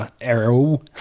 arrow